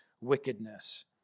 wickedness